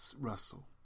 Russell